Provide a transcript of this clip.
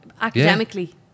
academically